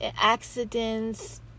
accidents